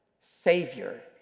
Savior